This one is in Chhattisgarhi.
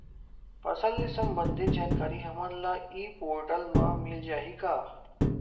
फसल ले सम्बंधित जानकारी हमन ल ई पोर्टल म मिल जाही का?